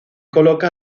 coloca